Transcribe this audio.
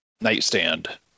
nightstand